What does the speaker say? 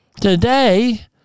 today